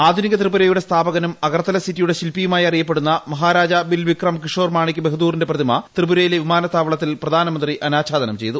ആധുനിക ത്രിപുരയുടെ സ്ഥാപകനും അഗർത്തല സിറ്റിയുടെ ശില്പിയുമായി അറിയപ്പെടുന്ന മഹാരാജ ബിൽ ബിക്രം കിഷോർ മാണികൃ ബഹാദൂറിന്റെ പ്രതിമ ത്രിപുരയിലെ വിമാനത്താവളത്തിൽ പ്രധാനമന്ത്രി അനാച്ഛാദനം ചെയ്തു